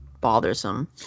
bothersome